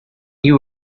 you